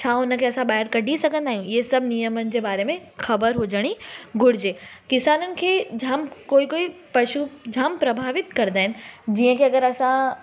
छा उन खे असां ॿाहिरि कढी सघंदा आहियूं इहे सभु नेमनि जे बारे में ख़बर हुजणी घुरिजे किसाननि खे जाम कोई कोई पशु जाम प्रभावित कंदा आहिनि जीअं की अगरि असां